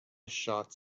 shots